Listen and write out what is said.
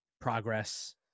progress